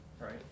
right